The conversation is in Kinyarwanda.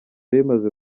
bimaze